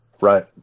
Right